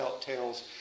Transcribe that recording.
Tales